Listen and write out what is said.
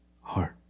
Heart